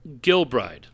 Gilbride